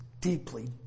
deeply